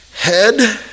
head